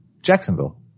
Jacksonville